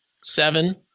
Seven